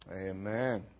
Amen